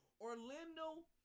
Orlando